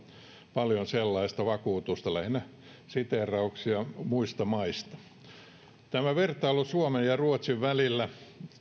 paljon sellaista vakuutusta lähinnä siteerauksia muista maista vertailu suomen ja ruotsin välillä